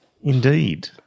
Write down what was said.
Indeed